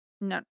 no